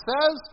says